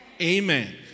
Amen